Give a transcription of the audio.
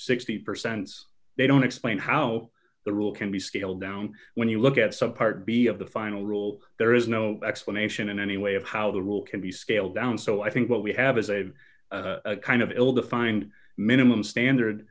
sixty percent they don't explain how the rule can be scaled down when you look at some part b of the final rule there is no explanation in any way of how the rule can be scaled down so i think what we have is a kind of ill defined minimum standard